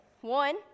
one